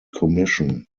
commission